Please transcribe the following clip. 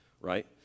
right